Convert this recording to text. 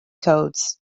codes